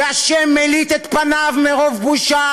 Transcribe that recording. והשם מליט את פניו מרוב בושה